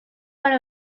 para